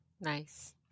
Nice